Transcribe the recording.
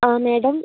ആ മാഡം